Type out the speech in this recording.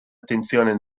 attenzione